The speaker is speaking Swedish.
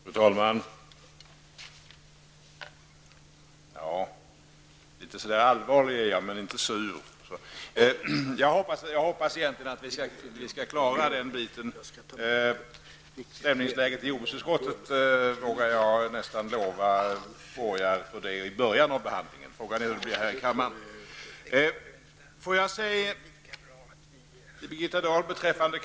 Fru talman! Något allvarlig är jag, men inte sur. Jag vågar lova att stämningsläget i jordbruksutskottet kommer att vara gott, åtminstone i början av behandlingen av propositionen. Frågan är hur det blir här i kammaren.